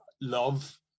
love